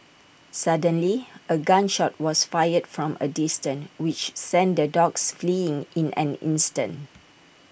suddenly A gun shot was fired from A distance which sent the dogs fleeing in an instant